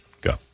go